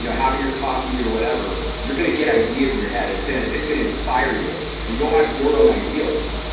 you know having your coffee or whatever, you're gonna get ideas in your head. it's gonna it's gonna inspire you and you'll have your own idea list.